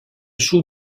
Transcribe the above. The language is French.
joue